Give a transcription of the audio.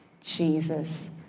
Jesus